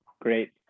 Great